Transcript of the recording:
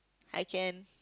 I can